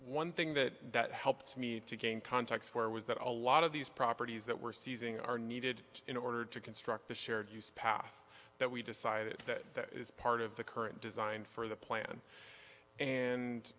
one thing that that helped me to gain contacts where was that a lot of these properties that were seizing are needed in order to construct the shared use path that we decided that is part of the current design for the plan and